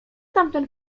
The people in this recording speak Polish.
tamten